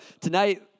tonight